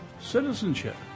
citizenship